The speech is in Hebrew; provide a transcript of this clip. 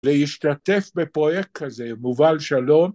להשתתף בפרויקט כזה, מובל שלום.